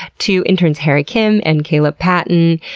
to interns hari kim and caleb patton,